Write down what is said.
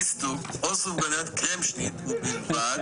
עו"ד קיש --- תודה.